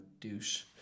douche